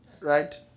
right